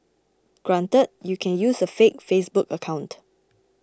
granted you can use a fake Facebook account